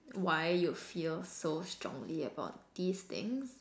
why you feel so strongly about these things